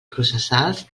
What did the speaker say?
processals